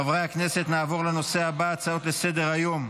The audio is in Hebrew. חברי הכנסת, נעבור לנושא הבא, הצעות לסדר-היום,